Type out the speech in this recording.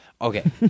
Okay